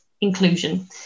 inclusion